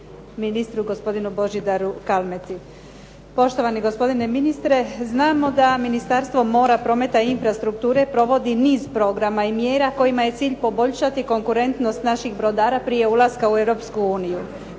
ministru gospodinu Božidaru Kalmeti. Poštovani gospodine ministre, znamo da Ministarstvo mora, prometa i infrastrukture provodi niz programa i mjera kojima je cilj poboljšati konkurentnost naših brodara prije ulaska u Europsku uniju.